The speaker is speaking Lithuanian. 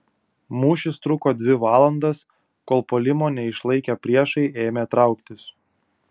mūšis truko dvi valandas kol puolimo neišlaikę priešai ėmė trauktis